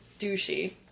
Douchey